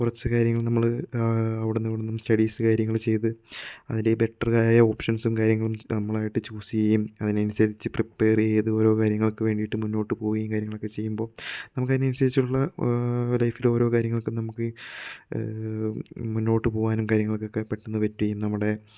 കുറച്ച് കാര്യങ്ങള് നമ്മള് അവിടുന്നും ഇവിടുന്നും സ്റ്റഡീസ് കാര്യങ്ങള് ചെയ്ത് അതില് ബെറ്ററായ ഓപ്ഷൻസും കാര്യങ്ങളും നമ്മളായിട്ട് ചൂസ് ചെയ്യുകയും അതിനനുസരിച്ച് പ്രിപ്പയർ ചെയ്ത് ഓരോ കാര്യങ്ങൾക്ക് വേണ്ടിയിട്ട് മുന്നോട്ടുപ്പോയി കാര്യങ്ങളൊക്കെ ചെയ്യുമ്പോൾ നമുക്കതിനനുസരിച്ചിട്ടുള്ള ഒര് ലൈഫില് ഓരോ കാര്യങ്ങൾക്കും നമുക്ക് മുന്നോട്ടുപ്പോവാനും കാര്യങ്ങൾക്കൊക്കെ പെട്ടന്ന് പറ്റുകയും നമ്മുടെ